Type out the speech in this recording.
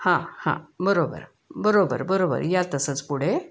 हां हां बरोबर बरोबर बरोबर या तसंच पुढे